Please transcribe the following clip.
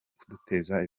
kuduteza